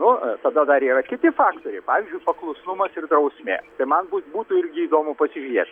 nu tada dar yra kiti faktoriai pavyzdžiui paklusnumas ir drausmė tai man būt būtų irgi įdomu pasižiūrėt